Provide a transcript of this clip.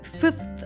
fifth